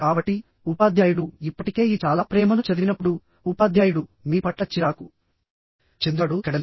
కాబట్టిఉపాధ్యాయుడు ఇప్పటికే ఈ చాలా ప్రేమను చదివినప్పుడు ఉపాధ్యాయుడు మీ పట్ల చిరాకు చెందుతాడుఇక్కడలేదు